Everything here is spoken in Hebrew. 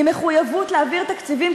עם מחויבות להעביר תקציבים,